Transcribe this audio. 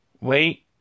wait